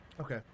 Okay